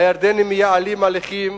הירדנים מייעלים הליכים